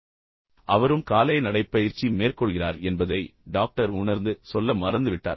ஆனால் அவரும் காலை நடைப்பயிற்சி மேற்கொள்கிறார் என்பதை டாக்டர் உணர்ந்து சொல்ல மறந்துவிட்டார்